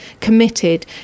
committed